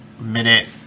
Minute